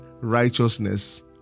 righteousness